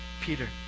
Peter